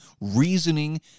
reasoning